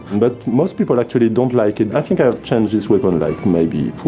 but most people actually don't like it. i think i have changed this weapon like maybe,